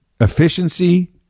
efficiency